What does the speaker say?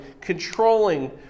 controlling